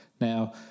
Now